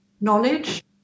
knowledge